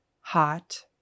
Hot